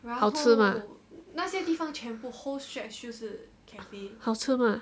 好吃吗好吃吗